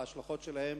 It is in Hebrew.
ההשלכות הסביבתיות שלהם,